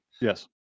Yes